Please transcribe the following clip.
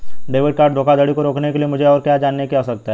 Debit card धोखाधड़ी को रोकने के लिए मुझे और क्या जानने की आवश्यकता है?